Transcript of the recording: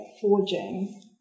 forging